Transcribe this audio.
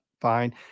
Fine